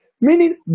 Meaning